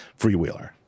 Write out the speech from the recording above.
freewheeler